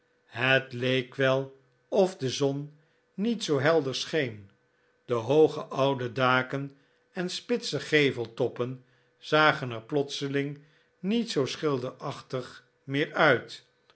het leek wel of de zon niet zoo helder scheen de hooge oude daken en spitse geveltoppen zagen er plotseling niet zoo schilderachtig meer uit